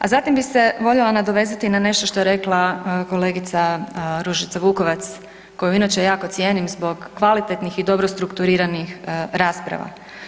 A zatim bih se voljela nadovezati na nešto što je rekla kolegica Ružica Vukovac koju inače jako cijenim zbog kvalitetnih i dobro strukturiranih rasprava.